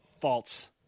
False